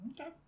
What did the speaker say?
Okay